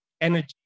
energy